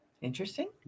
interesting